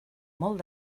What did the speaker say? molt